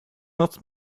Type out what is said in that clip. not